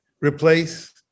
replace